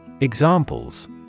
Examples